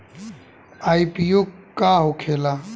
IPO का होखेला?